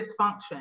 dysfunction